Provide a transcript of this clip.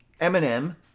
Eminem